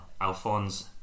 Alphonse